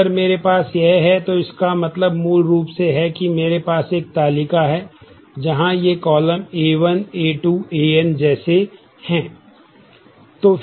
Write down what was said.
तो अगर मेरे पास यह है तो इसका मतलब मूल रूप से है कि मेरे पास एक तालिका है जहां ये कॉलम A1A2An जैसे हैं